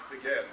again